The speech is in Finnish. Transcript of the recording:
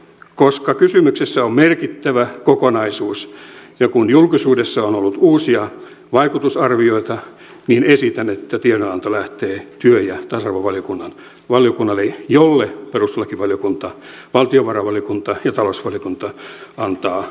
koska kysymyksessä on merkittävä kokonaisuus ja kun julkisuudessa on ollut uusia vaikutusarvioita esitän että tiedonanto lähtee työ ja tasa arvovaliokunnalle jolle perustuslakivaliokunta valtiovarainvaliokunta ja talousvaliokunta antavat lausuntonsa